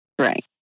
Right